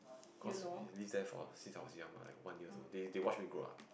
cause we live there for since I was young mah like one years old they they watched me grow up